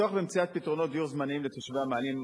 הצורך במציאת פתרונות דיור זמניים לתושבי המאהלים